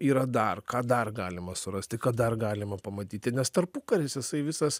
yra dar ką dar galima surasti ką dar galima pamatyti nes tarpukaris jisai visas